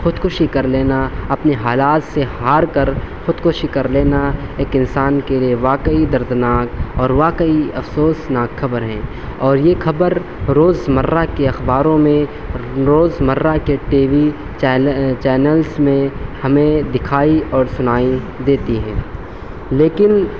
خودکشی کر لینا اپنے حالات سے ہار کر خودکشی کر لینا ایک انسان کے لیے واقعی دردناک اور واقعی افسوس ناک خبر ہے اور یہ خبر روزمرّہ کے اخباروں میں روزمرّہ کے ٹی وی چینلس میں ہمیں دکھائی اور سنائی دیتی ہیں لیکن